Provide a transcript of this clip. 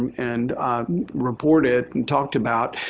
and reported, and talked about.